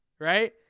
Right